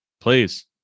Please